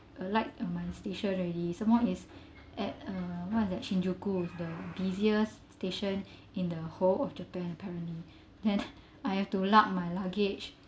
alight at my station already some more it's at uh what's that shinjuku is the busiest station in the whole of japan apparently then I have to lug my luggage